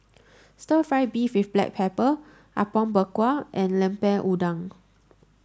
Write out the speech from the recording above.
stir fry beef with black pepper Apom Berkuah and Lemper Udang